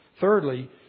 Thirdly